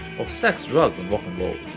of sex, drugs and rock'n'roll.